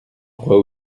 croit